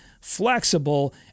flexible